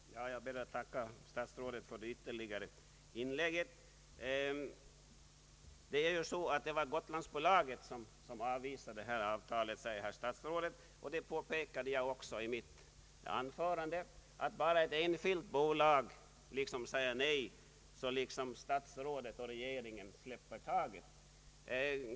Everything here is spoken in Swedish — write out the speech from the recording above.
Herr talman! Jag vill tacka statsrådet för det senaste inlägget. Statsrådet sade att det var Gotlandsbolaget som avvisade avtalsförslaget. I mitt anförande påpekade jag också att om ett enskilt bolag säger nej så släpper regeringen taget.